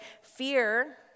Fear